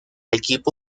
equipo